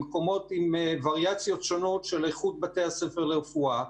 במקומות עם וריאציות שונות של איכות בתי הספר לרפואה,